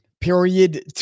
Period